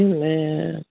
Amen